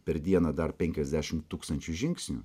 per dieną dar penkiasdešim tūkstančių žingsnių